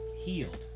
healed